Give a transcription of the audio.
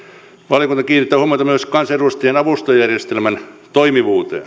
valiokunta kiinnittää huomiota myös kansanedustajien avustajajärjestelmän toimivuuteen